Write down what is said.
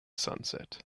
sunset